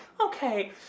okay